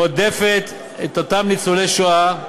רודפת את אותם ניצולי השואה,